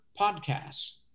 podcasts